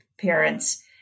parents